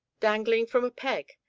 dangling from a peg,